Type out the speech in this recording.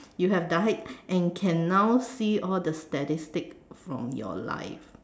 you have died and can now see all the statistic from your life